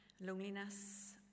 loneliness